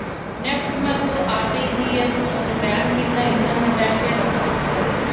NEFT ಮತ್ತ RTGS ಒಂದ್ bank ಇಂದ ಇನ್ನೊಂದು ಬ್ಯಾಂಕ್ ಗೆ ರೊಕ್ಕ ಹಕೋದು